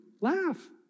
laugh